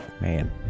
Man